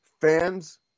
fans